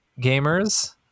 gamers